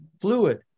fluid